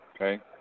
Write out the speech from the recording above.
Okay